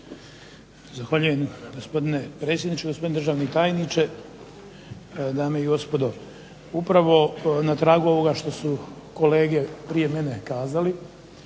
Zahvaljujem gospodine predsjedniče, gospodine državni tajniče, dame i gospodo. Upravo na tragu ovoga što su kolege prije mene kazali,